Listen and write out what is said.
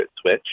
switch